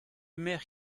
maire